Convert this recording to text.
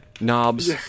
knobs